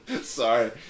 Sorry